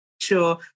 sure